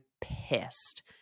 pissed